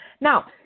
Now